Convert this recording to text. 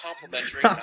complimentary